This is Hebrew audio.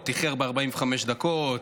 איחר ב-45 דקות.